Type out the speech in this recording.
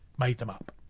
made them up.